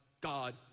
God